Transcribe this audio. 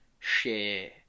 share